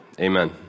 amen